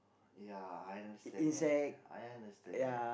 ya I understand that I understand that